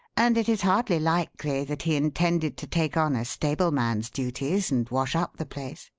and it is hardly likely that he intended to take on a stableman's duties and wash up the place.